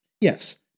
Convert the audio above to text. Yes